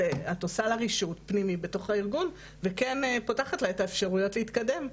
את עושה לה רישות פנימי בתוך הארגון וכן פותחת לה את האפשרויות להתקדם.